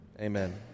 Amen